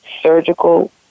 surgical